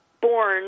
born